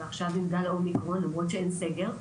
עכשיו עם גל האומיקרון, למרות שאין סגר,